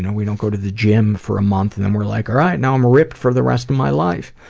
you know we don't go to the gym for a month and then we're like, alright, now i'm ripped for the rest of my life.